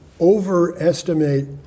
overestimate